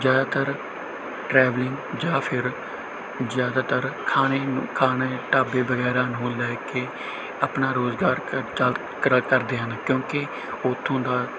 ਜ਼ਿਆਦਾਤਰ ਟਰੈਵਲਿੰਗ ਜਾਂ ਫਿਰ ਜ਼ਿਆਦਾਤਰ ਖਾਣੇ ਨੂੰ ਖਾਣੇ ਢਾਬੇ ਵਗੈਰਾ ਨੂੰ ਲੈ ਕੇ ਆਪਣਾ ਰੁਜ਼ਗਾਰ ਕ ਚੱਲ ਕਰਾ ਕਰਦੇ ਹਨ ਕਿਉਂਕਿ ਉੱਥੋਂ ਦਾ